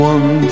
One